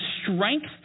strength